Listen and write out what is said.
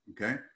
okay